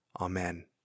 Amen